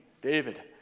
David